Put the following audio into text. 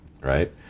Right